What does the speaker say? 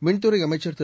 மின்துறை அமைச்சர் திரு